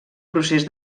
procés